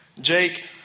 Jake